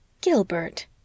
Gilbert